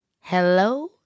Hello